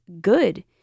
good